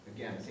Again